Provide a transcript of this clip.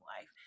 life